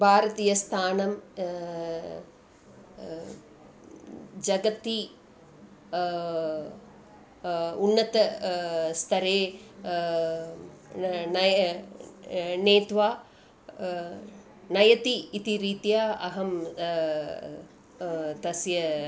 भारतीयस्थानं जगति उन्नत स्तरे ण नय नीत्वा नयति इति रीत्या अहं तस्य